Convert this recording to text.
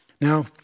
Now